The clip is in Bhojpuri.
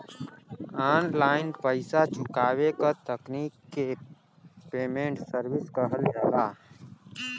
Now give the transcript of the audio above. ऑनलाइन पइसा चुकावे क तकनीक के पेमेन्ट सर्विस कहल जाला